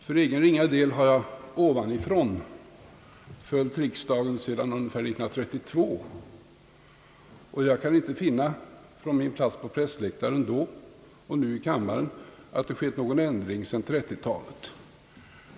För egen ringa del har jag ovanifrån följt riksdagens arbete sedan ungefär 1932 från pressläktaren, och jag kan nu i kammaren inte finna att det skett någon ändring sedan 1930-talet.